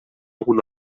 algun